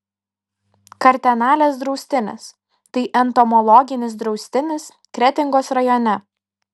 kartenalės draustinis tai entomologinis draustinis kretingos rajone